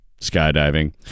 Skydiving